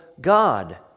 God